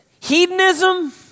Hedonism